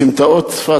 סמטאות צפת,